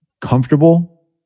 comfortable